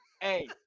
hey